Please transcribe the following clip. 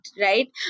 right